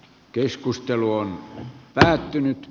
keskustelu on päättynyt